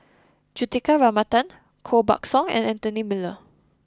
Juthika Ramanathan Koh Buck Song and Anthony Miller